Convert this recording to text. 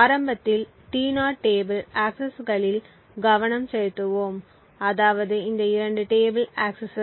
ஆரம்பத்தில் T0 table ஆக்கசஸ்களில் கவனம் செலுத்துவோம் அதாவது இந்த 2 டேபிள் ஆக்கசஸ்கள்